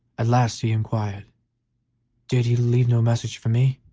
at last he inquired did he leave no message for me?